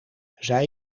zij